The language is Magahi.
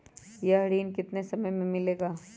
यह ऋण कितने समय मे मिलेगा?